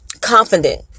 confident